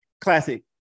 Classic